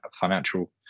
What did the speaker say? financial